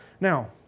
Now